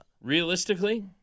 Realistically